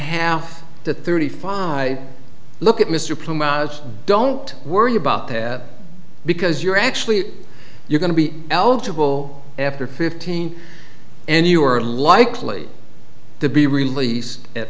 half to thirty five look at mr plume don't worry about that because you're actually you're going to be eligible after fifteen and you are likely to be released at